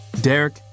Derek